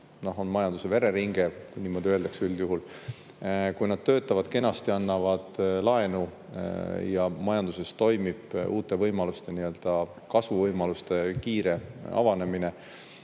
on majanduse vereringe, niimoodi öeldakse üldjuhul. Kui nad töötavad kenasti, annavad laenu ja majanduses toimib uute nii-öelda kasvuvõimaluste kiire avanemine,